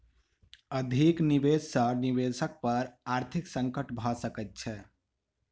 अधिक निवेश सॅ निवेशक पर आर्थिक संकट भ सकैत छै